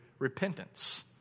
repentance